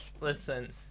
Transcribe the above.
Listen